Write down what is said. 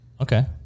okay